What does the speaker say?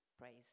praise